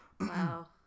Wow